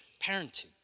parenting